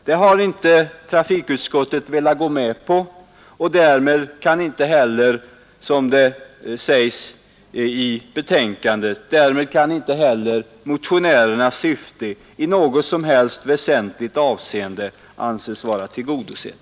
Det har inte trafikutskottet velat gå med på, och därmed kan inte heller motionärernas syfte i något som helst väsentligt avseende anses vara tillgodosett.